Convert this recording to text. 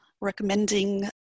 recommending